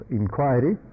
inquiry